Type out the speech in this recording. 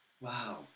wow